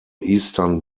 eastern